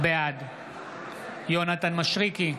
בעד יונתן מישרקי,